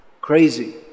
crazy